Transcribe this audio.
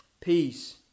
peace